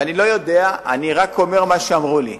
ואני לא יודע, אני רק אומר מה שאמרו לי.